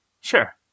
Sure